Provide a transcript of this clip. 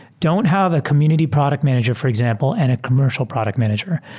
don't have a community product manager, for example, and a commercial product manager.